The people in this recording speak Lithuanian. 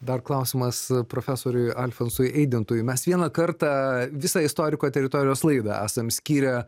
dar klausimas profesoriui alfonsui eidintui mes vieną kartą visą istoriko teritorijos laidą esam skyrę